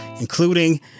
including